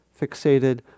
fixated